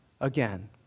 again